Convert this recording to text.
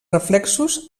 reflexos